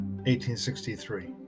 1863